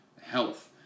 health